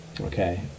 okay